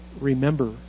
remember